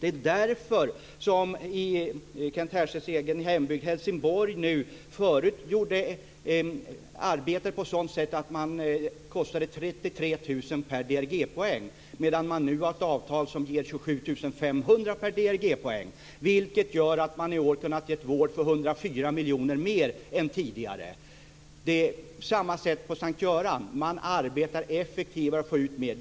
Det är därför som man i Kent Härstedts hembygd, i Helsingborg, förut arbetat på ett sådant sätt att det kostade 33 000 kr per DRG-poäng, medan man nu har ett avtal som ger 27 500 kr per DRG-poäng. Det gör att man i år har kunnat ge vård för 104 miljoner kronor mer än tidigare. På samma sätt är det på S:t Göran. Man arbetar effektivare och får ut mer.